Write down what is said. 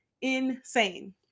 insane